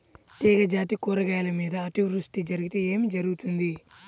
తీగజాతి కూరగాయల మీద అతివృష్టి జరిగితే ఏమి జరుగుతుంది?